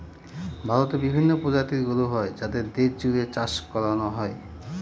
ভারতে বিভিন্ন প্রজাতির গরু হয় যাদের দেশ জুড়ে চাষ করানো হয়